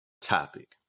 topic